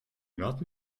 not